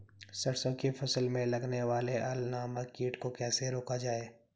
सरसों की फसल में लगने वाले अल नामक कीट को कैसे रोका जाए?